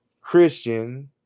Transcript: Christian